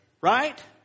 right